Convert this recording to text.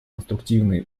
конструктивные